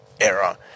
era